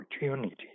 opportunity